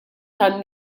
tan